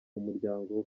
mumuryango